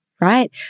right